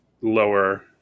lower